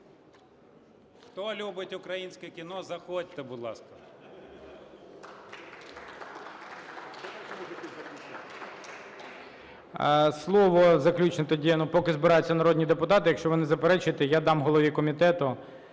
Хто любить українське кіно, заходьте, будь ласка. ГОЛОВУЮЧИЙ. Слово заключне тоді, поки збираються народні депутати, якщо ви не заперечуєте, я дам голові комітету